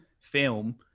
film